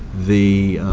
the